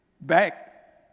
back